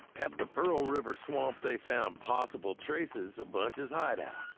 at the pearl river swamp, they found possible traces of bunch's hideout.